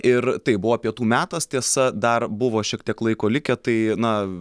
ir tai buvo pietų metas tiesa dar buvo šiek tiek laiko likę tai na